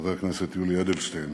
חבר הכנסת יולי יואל אדלשטיין,